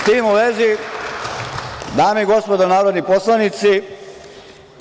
S tim u vezi, dame i gospodo narodni poslanici,